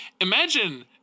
imagine